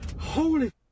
Holy